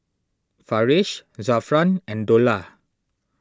Farish Zafran and Dollah